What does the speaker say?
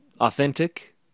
authentic